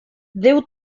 déu